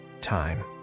time